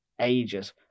ages